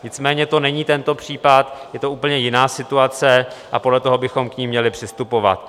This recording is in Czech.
Nicméně to není tento případ, je to úplně jiná situace a podle toho bychom k ní měli přistupovat.